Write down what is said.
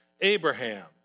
Abraham